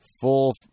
full